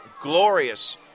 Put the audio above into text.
Glorious